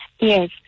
Yes